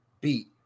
beat